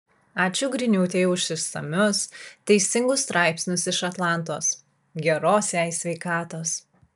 ačiū griniūtei už išsamius teisingus straipsnius iš atlantos geros jai sveikatos